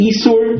Isur